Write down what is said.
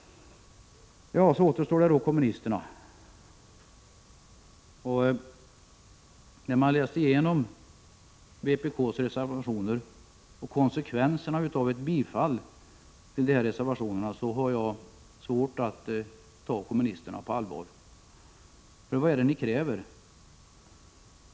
Jag skall till sist kommentera kommunisternas reservationer. När jag läser vpk:s reservationer och tänker på konsekvenserna av ett bifall till dessa har jag svårt att ta kommunisterna på allvar. Vad är det de kräver?